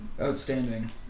outstanding